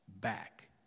back